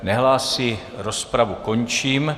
Nehlásí, rozpravu končím.